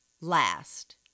last